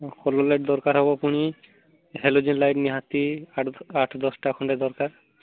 colour light ଦରକାର୍ ହେବ ପୁଣି ହାଲୋଜେନ୍ ଲାଇଟ୍ ନିହାତି ଆଠ ଦଶଟା ଖଣ୍ଡେ ଦରକାର